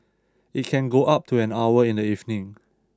it can go up to an hour in the evening